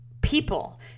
people